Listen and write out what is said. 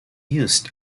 uist